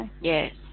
Yes